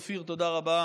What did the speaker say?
אופיר, תודה רבה.